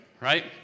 Right